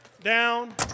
down